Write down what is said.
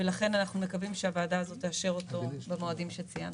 לכן אנחנו מקווים שהוועדה הזאת תאשר אותו במועדים שציינת.